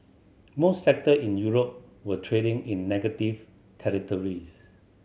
most sector in Europe were trading in negative territories